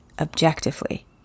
objectively